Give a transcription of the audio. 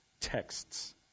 texts